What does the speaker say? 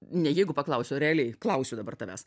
ne jeigu paklausiu o realiai klausiu dabar tavęs